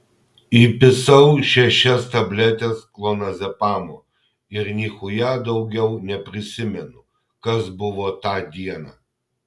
įpisau šešias tabletes klonazepamo ir nichuja daugiau neprisimenu kas buvo tą dieną